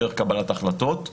דרך קבלת החלטות.